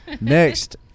Next